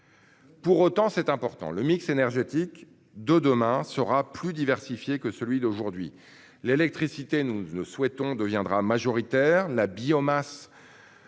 Pour autant, le mix énergétique de demain sera plus diversifié que celui d'aujourd'hui. L'électricité, nous le souhaitons, deviendra majoritaire juste